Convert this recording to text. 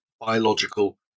biological